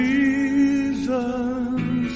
Jesus